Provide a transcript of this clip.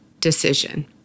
decision